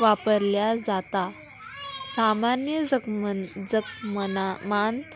वापरल्या जाता सामान्य जखमन जग मनामांत